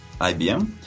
IBM